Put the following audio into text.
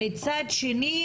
מצד שני,